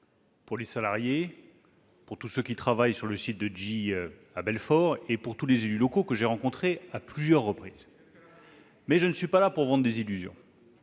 les salariés, tous ceux qui travaillent sur le site de GE à Belfort et l'ensemble des élus locaux, que j'ai rencontrés à plusieurs reprises. Mais je ne suis pas là pour vendre des illusions.